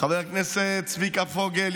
ולחבר הכנסת צביקה פוגל,